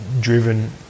driven